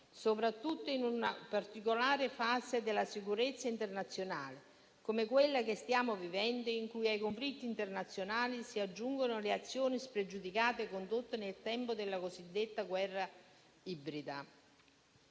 soprattutto in una particolare fase della sicurezza internazionale come quella che stiamo vivendo, in cui ai conflitti internazionali si aggiungono le azioni spregiudicate condotte nel tempo della cosiddetta guerra ibrida.